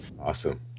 Awesome